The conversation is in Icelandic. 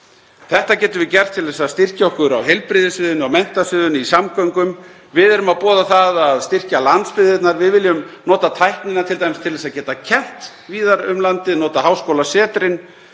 Þetta getum við gert til að styrkja okkur á heilbrigðissviðinu, á menntasviðinu, í samgöngum. Við erum að boða það að styrkja landsbyggðirnar. Við viljum nota tæknina t.d. til að geta kennt víðar um landið, nota háskólasetrin.